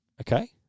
okay